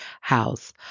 house